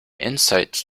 insight